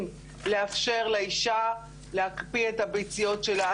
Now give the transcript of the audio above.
לאפשר לאישה להקפיא את הביציות שלה.